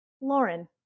Lauren